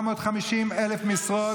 750,000 משרות,